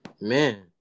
man